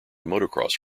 motocross